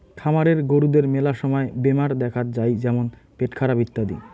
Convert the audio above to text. খামারের গরুদের মেলা সময় বেমার দেখাত যাই যেমন পেটখারাপ ইত্যাদি